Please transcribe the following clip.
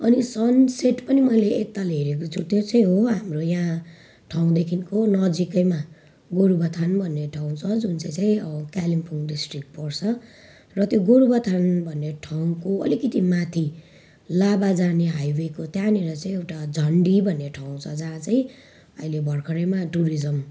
अनि sunset पनि मैले एकताल हेरेको छु त्यो चाहिँ हो हाम्रो यहाँ ठाउँदेखिको नजिकैमा गोरुबथान भन्ने ठाउँ छ जुन चाहिँ चाहिँ कालेम्पोङ डिस्ट्रिक्ट पर्छ र त्यो गोरुबथान भन्ने ठाउँको अलिकति माथि लाभा जाने हाइवेको त्यहाँनिर चाहिँ एउटा झन्डी भन्ने ठाउँ छ जहाँ चाहिँ अहिले भर्खरैमा टुरिज्म